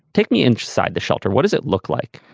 take me inside the shelter. what does it look like?